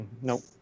nope